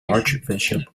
archbishop